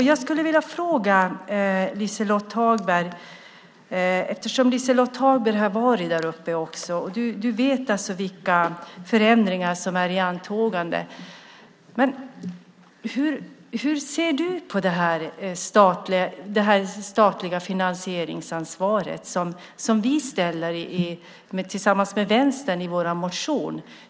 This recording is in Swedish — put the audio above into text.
Jag skulle vilja fråga Liselott Hagberg, eftersom hon har varit där uppe och vet vilka förändringar som är i antågande, hur hon ser på kravet på statligt finansieringsansvar som vi ställer tillsammans med Vänstern i vår motion.